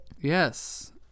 yes